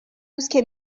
روزکه